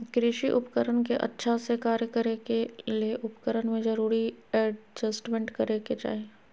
कृषि उपकरण के अच्छा से कार्य करै ले उपकरण में जरूरी एडजस्टमेंट करै के चाही